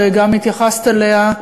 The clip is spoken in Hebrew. שגם התייחסת אליה,